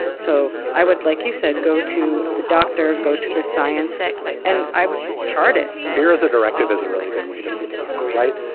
so i would like you said go to the doctor, go to the science and i would chart it fear is a directive is a really good way to think about it. right.